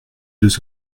deux